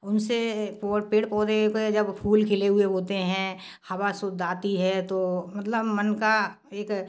उन से पौर पेड़ पौधे पर जब फूल खिले हुए होते हैं हवा शुद्ध आती है तो मतलब मन का एक